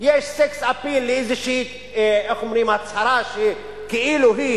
יש סקסאפיל לאיזושהי הצהרה כאילו היא